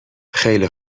خیلی